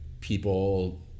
people